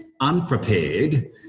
unprepared